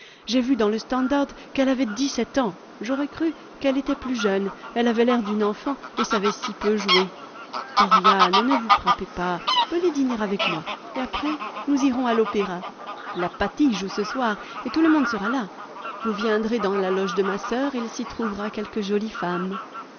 j'ai vu dans le standard qu'elle avait dix-sept ans j'aurais cru qu'elle était plus jeune elle avait l'air d'une enfant et savait si peu jouer dorian ne vous frappez pas venez dîner avec moi et après nous irons à l'opéra la patti joue ce soir et tout le monde sera là vous viendrez dans la loge de ma sœur il s'y trouvera quelques jolies femmes